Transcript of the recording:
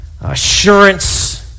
assurance